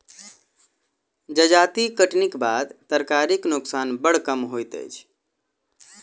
जजाति कटनीक बाद तरकारीक नोकसान बड़ कम होइत अछि